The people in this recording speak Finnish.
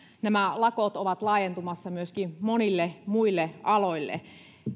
nämä lakot ovat laajentumassa myöskin monille muille aloille